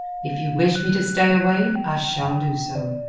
if you wish me to stay away, i shall do so.